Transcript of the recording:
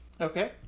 Okay